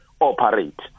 operate